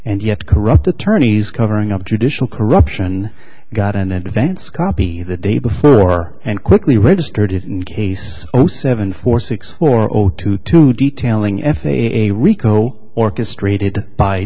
and yet corrupt attorneys covering up judicial corruption got an advance copy the day before and quickly registered in case seven four six four zero two two detailing f a rico orchestrated by